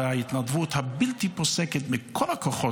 וההתנדבות הבלתי-פוסקת מכל הכוחות,